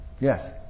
yes